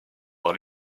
par